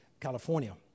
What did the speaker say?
California